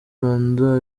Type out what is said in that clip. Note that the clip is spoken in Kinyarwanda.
rwanda